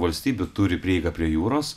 valstybių turi prieigą prie jūros